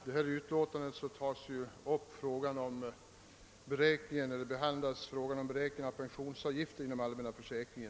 Herr talman! I detta utlåtande behandlas frågan om beräkningen av pensionsavgifter inom den allmänna försäkringen.